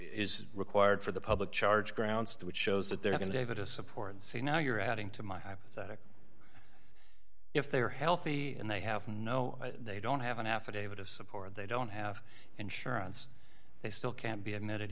is required for the public charge ground which shows that they're going to david to support and say now you're adding to my hypothetical if they're healthy and they have no they don't have an affidavit of support they don't have insurance they still can't be admitted